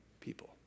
people